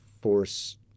force